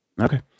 Okay